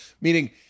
meaning